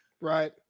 Right